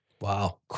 Wow